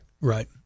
right